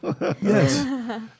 Yes